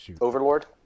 Overlord